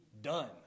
done